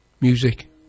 Music